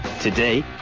Today